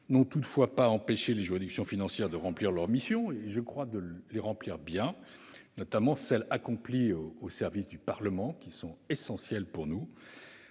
n'ont toutefois pas empêché les juridictions financières de remplir leurs missions, avec succès, me semble-t-il, notamment celles qui ont été accomplies au service du Parlement et qui sont essentielles pour nous.